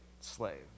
slave